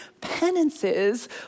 penances